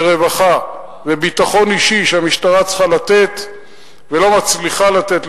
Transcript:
רווחה וביטחון אישי שהמשטרה צריכה לתת ולא מצליחה לתת,